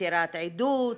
מסירת עדות,